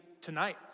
tonight